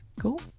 cool